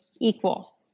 equal